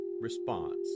response